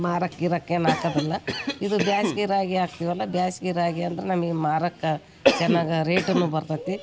ಮಾರೋಕ್ ಗಿರಕ್ ಏನು ಹಾಕೋದಲ್ಲ ಇದು ಬೇಸಿಗೆ ರಾಗಿ ಹಾಕ್ತಿವಲ್ಲ ಬೇಸ್ಗಿರಾಗಿ ಅಂದ್ರೆ ನಮಗ್ ಮಾರೋಕ್ಕ ಚೆನ್ನಾಗ ರೇಟುನು ಬರ್ತತಿ